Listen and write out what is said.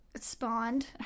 spawned